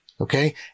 okay